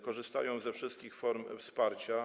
Korzystają one ze wszystkich form wsparcia.